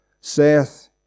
saith